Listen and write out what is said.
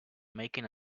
making